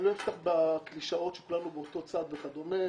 אני לא אפתח בקלישאות שכולנו באותו צד וכדומה,